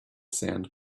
sand